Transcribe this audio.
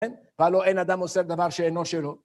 אבל לא, אין אדם עושה דבר שאינו שלא.